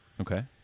Okay